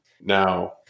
now